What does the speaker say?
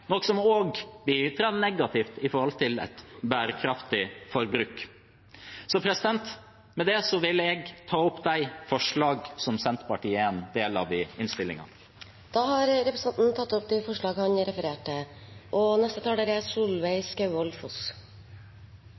noe som også bidrar negativt med hensyn til et bærekraftig forbruk. Med det vil jeg ta opp det forslaget i innstillingen som Senterpartiet har alene, og de forslagene som vi har sammen med andre partier. Representanten Sigbjørn Gjelsvik har tatt opp de forslagene han refererte til. Både verdens klima og verdens artsmangfold er